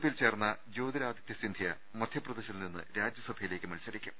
പിയിൽ ചേർന്ന ജ്യോതിരാദിതൃ സിന്ധൃ മധ്യപ്രദേശിൽനിന്ന് രാജ്യസഭയിലേക്ക് മത്സരിക്കും